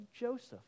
Joseph